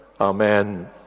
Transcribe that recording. Amen